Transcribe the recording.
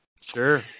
Sure